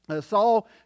Saul